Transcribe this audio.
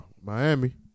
Miami